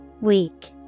Weak